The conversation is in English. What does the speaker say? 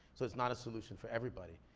so it's not a solution for everybody.